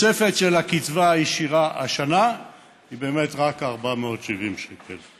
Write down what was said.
התוספת של הקצבה הישירה השנה היא באמת רק 470 שקל,